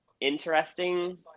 interesting